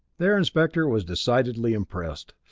the air inspector was decidedly impressed.